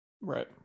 Right